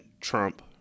Trump